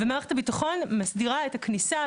ומערכת הביטחון מסדירה את הכניסה,